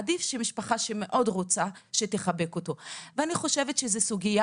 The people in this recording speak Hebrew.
עדיף שתחבק אותו משפחה